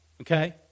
okay